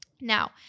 Now